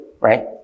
right